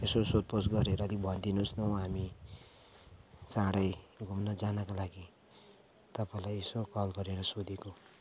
यसो सोध पुछ गरेर अलिक भनिदिनुहोस् न हौ हामी चाँडै घुम्न जानको लागि तपाईँलाई यसो कल गरेर सोधेको